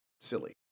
silly